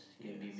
yes